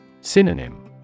Synonym